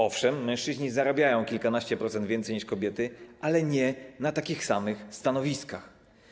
Owszem, mężczyźni zarabiają kilkanaście procent więcej niż kobiety, ale nie na takich samych stanowiskach.